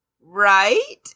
Right